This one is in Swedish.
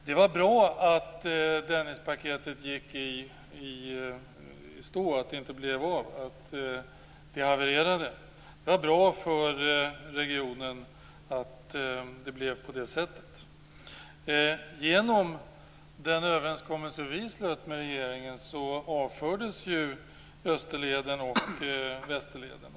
Det var bra att Dennispaketet gick i stå och havererade. Det var bra för regionen att det blev på det sättet. Genom den överenskommelse vi slöt med regeringen avfördes ju Österleden och Västerleden.